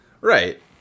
Right